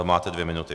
Máte dvě minuty.